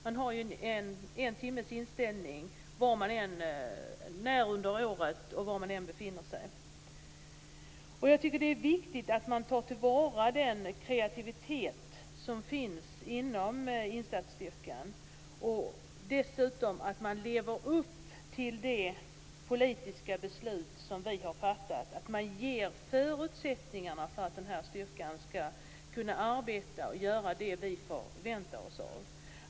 Den har en inställningstid på en timme oavsett när det är under året och var någonstans den än befinner sig. Jag tycker att det är viktigt att man tar till vara den kreativitet som finns inom insatsstyrkan. Dessutom är det viktigt att man lever upp till de politiska beslut som vi har fattat och att man ger förutsättningar för att styrkan skall kunna arbeta och göra det vi förväntar oss av den.